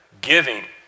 giving